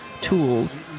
tools